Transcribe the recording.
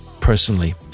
personally